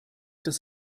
dass